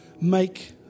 make